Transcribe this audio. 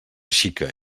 xica